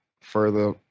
further